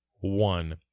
one